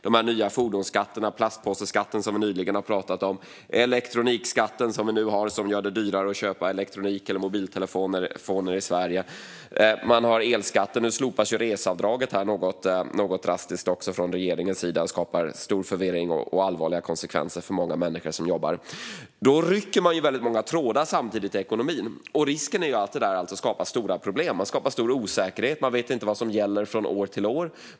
Vi har de nya fordonsskatterna och plastpåseskatten som vi pratade om nyss. Vi har elektronikskatten som nu gör det dyrare att köpa elektronik och mobiltelefoner i Sverige. Vi har elskatten. Nu slopas också reseavdraget något drastiskt från regeringens sida, vilket skapar stor förvirring och allvarliga konsekvenser för många människor som jobbar. Regeringen rycker i väldigt många trådar i ekonomin samtidigt, och risken är att det skapar stora problem och stor osäkerhet. Man vet inte vad som gäller från år till år.